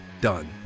done